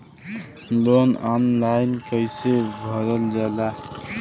Loan online कइसे भरल जाला?